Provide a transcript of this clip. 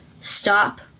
stop